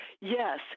yes